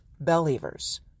Believers